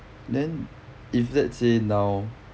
then if let's say now